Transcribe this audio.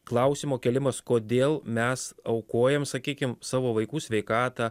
klausimo kėlimas kodėl mes aukojam sakykim savo vaikų sveikatą